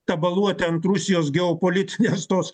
tabaluoti ant rusijos geopolitinės tos